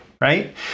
right